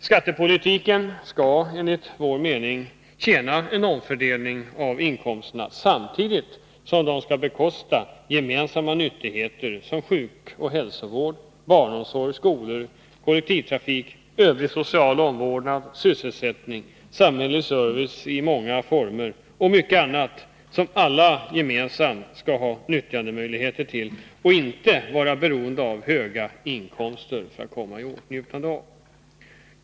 Skattepolitiken skall enligt vår mening tjäna en omfördelning av inkomsterna samtidigt som dessa skall bekosta de gemensamma nyttigheterna, såsom sjukoch hälsovård, barnomsorg, skolor, kollektivtrafik, övrig social omvårdnad, sysselsättning, samhällelig service i många former och mycket annat som vi alla gemensamt skall ha möjligheter att utnyttja. Man skall inte vara beroende av höga inkomster för att komma i åtnjutande av detta.